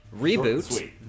Reboot